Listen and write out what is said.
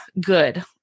good